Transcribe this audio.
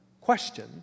question